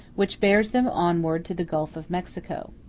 which bears them onwards to the gulf of mexico.